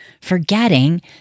forgetting